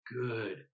good